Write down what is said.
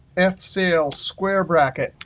ah fsales, square bracket.